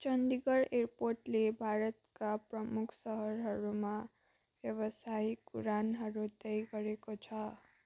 चण्डीगढ एयरपोर्टले भारतका प्रमुख सहरहरूमा व्यावसायिक उडानहरू तय गरेको छ